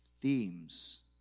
Themes